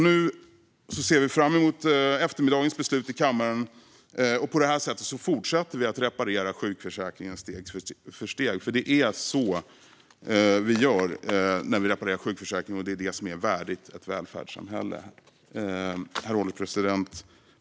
Nu ser vi fram emot eftermiddagens beslut i kammaren. Och på det här sättet fortsätter vi att reparera sjukförsäkringen steg för steg. Det är så vi gör när vi reparerar sjukförsäkringen, och det är det som är värdigt ett välfärdssamhälle. Herr ålderspresident!